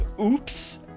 oops